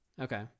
Okay